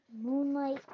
moonlight